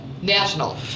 National